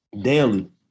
daily